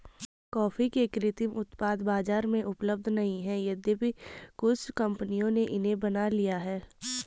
coffee के कृत्रिम उत्पाद बाजार में उपलब्ध नहीं है यद्यपि कुछ कंपनियों ने इन्हें बना लिया है